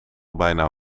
bijna